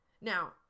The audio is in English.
Now